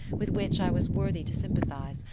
with which i was worthy to sympathise,